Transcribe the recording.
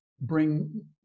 bring